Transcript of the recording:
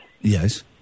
Yes